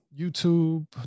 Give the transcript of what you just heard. YouTube